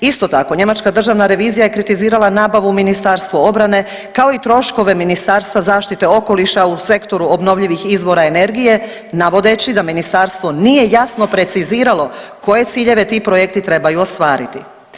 Isto tako, njemačka Državna revizija je kritizirala nabavu Ministarstva obrane kao i troškove Ministarstva zaštite okoliša u Sektoru obnovljivih izvora energije navodeći da ministarstvo nije jasno preciziralo koje ciljeve ti projekti trebaju ostvariti.